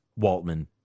Waltman